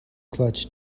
clutch